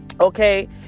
okay